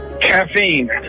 Caffeine